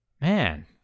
man